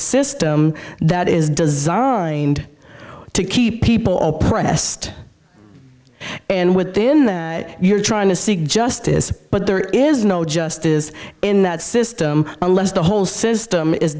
system that is designed to keep people oppressed and within that you're trying to seek justice but there is no justice in that system unless the whole system is